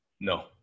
No